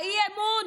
הבעת האי-אמון